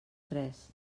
tres